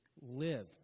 Live